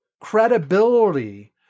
credibility